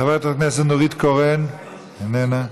חברת הכנסת נורית קורן, איננה,